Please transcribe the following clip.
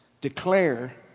declare